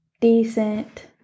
decent